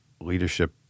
leadership